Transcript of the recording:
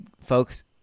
Folks